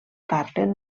parlen